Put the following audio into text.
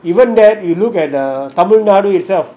even that you look at the tamil nadu itself